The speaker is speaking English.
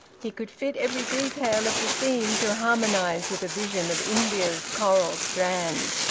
he could fit every detail of the scene to harmonise with a vision of india's coral strand.